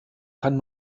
kann